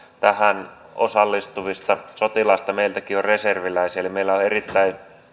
tähän osallistuvista sotilaista meiltäkin on reserviläisiä eli meillä on erittäin